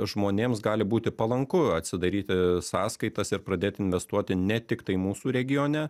žmonėms gali būti palanku atsidaryti sąskaitas ir pradėti investuoti ne tiktai mūsų regione